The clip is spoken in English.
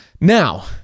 Now